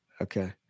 Okay